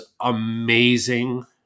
amazing